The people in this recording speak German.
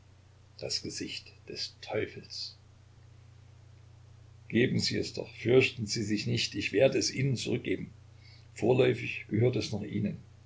das gesicht des teufels geben sie es doch fürchten sie nicht ich werde es ihnen zurückgeben vorläufig gehört es noch ihnen